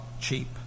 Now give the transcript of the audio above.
cheap